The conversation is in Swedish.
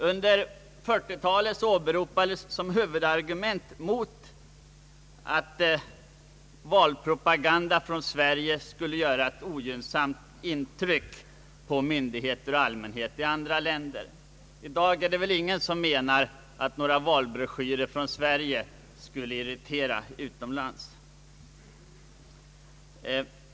Under 1940-talet åberopades som huvudargument mot en reform att valpropaganda från Sverige skulle göra ett ogynnsamt intryck i andra länder. I dag är det väl ingen som menar att några valbroschyrer från Sverige skulle irritera utomlands.